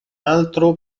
altro